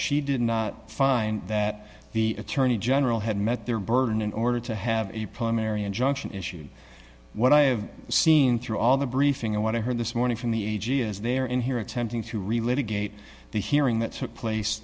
she did not find that the attorney general had met their burden in order to have a primary injunction issued what i have seen through all the briefing and what i heard this morning from the a g is there in here attempting to relate a gate the hearing that took place